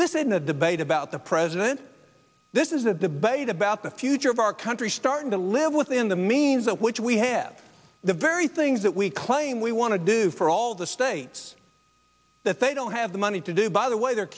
this in a debate about the president this is a debate about the future of our country starting to live within the means that which we have the very things that we claim we want to do for all the states that they don't have the money to do by the way they